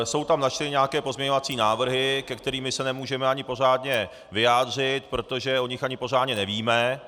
Jsou tam načteny nějaké pozměňovací návrhy, ke kterým se nemůžeme ani pořádně vyjádřit, protože o nich ani pořádně nevíme.